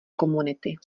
komunity